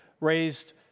raised